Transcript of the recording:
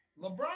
LeBron